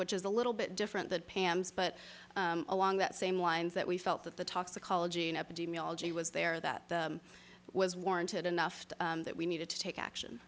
which is a little bit different than pam's but along that same lines that we felt that the toxicology epidemiology was there that was warranted enough that we needed to take action